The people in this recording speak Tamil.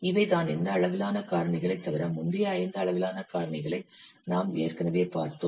இவை தான் இந்த அளவிலான காரணிகளைத் தவிர முந்தைய ஐந்து அளவிலான காரணிகளை நாம் ஏற்கனவே பார்த்தோம்